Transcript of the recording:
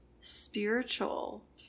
spiritual